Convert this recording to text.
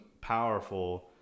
powerful